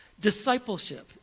Discipleship